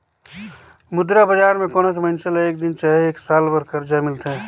मुद्रा बजार में कोनोच मइनसे ल एक दिन चहे एक साल बर करजा मिलथे